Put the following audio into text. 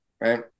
right